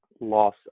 loss